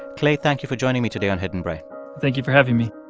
clay, thank you for joining me today on hidden brain thank you for having me